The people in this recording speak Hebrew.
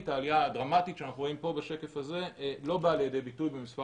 העלייה הדרמטית שאנחנו רואים פה בשקף הזה לא באה לידי ביטוי במספר